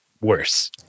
worse